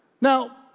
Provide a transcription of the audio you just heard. Now